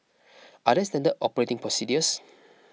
are there standard operating procedures